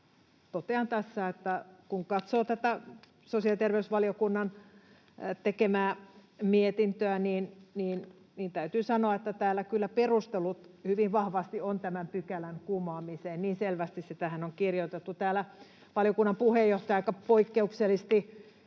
Totean tässä, että kun katsoo tätä sosiaali- ja terveysvaliokunnan tekemää mietintöä, niin täytyy sanoa, että täällä on kyllä hyvin vahvasti perustelut tämän pykälän kumoamiseen, niin selvästi se tähän on kirjoitettu. Täällä valiokunnan puheenjohtaja aika poikkeuksellisesti